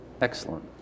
Excellent